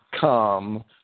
come